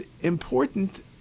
important